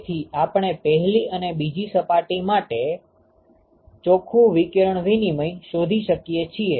તેથી આપણે પહેલી અને બીજી સપાટી માટે ચોખ્ખું વિકિરણ વિનિમય શોધી શકીએ છીએ